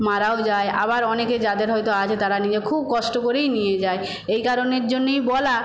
মারাও যায় আবার অনেকে যাদের হয়তো আছে তারা নিজে খুব কষ্ট করেই নিয়ে যায় এই কারণের জন্যই বলা